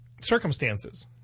circumstances